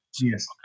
Yes